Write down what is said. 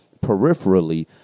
peripherally